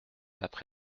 après